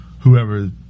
whoever